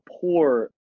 poor